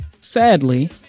sadly